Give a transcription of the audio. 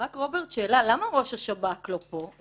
רק רוברט, שאלה, למה ראש השב"כ לא פה?